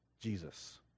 Jesus